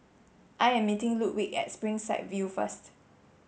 I am meeting Ludwig at Springside View first